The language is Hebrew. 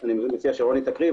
אני מציע שרוני תקריא,